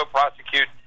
prosecute